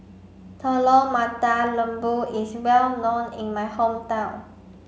Telur Mata Lembu is well known in my hometown